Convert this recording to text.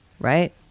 Right